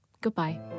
Goodbye